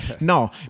No